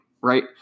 right